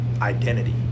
identity